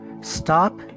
stop